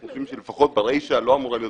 אנחנו חושבים שלפחות ברישה לא אמורה להיות